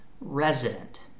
resident